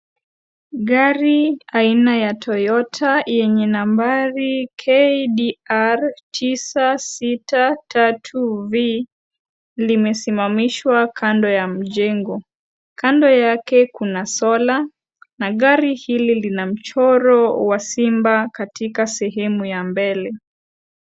Gari aina ya Toyota yenye nambari KDR 963V limesimamishwa kando ya mjengo. Kando yake kuna solar na gari hili lina mchoro wa simba katika sehemu ya mbele.